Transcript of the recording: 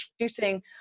shooting